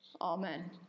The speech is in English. amen